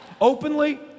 openly